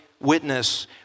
witness